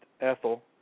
Ethel